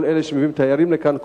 כל אלה שמביאים תיירים לכאן,